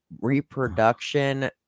reproduction